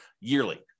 yearly